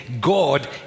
God